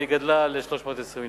והיא גדלה ל-320 מיליון.